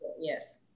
Yes